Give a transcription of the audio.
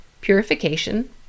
purification